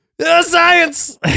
Science